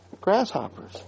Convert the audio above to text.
grasshoppers